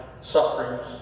sufferings